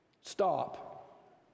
Stop